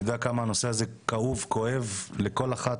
אני יודע כמה הנושא הזה כאוב, כואב לכל אחת.